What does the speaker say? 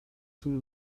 through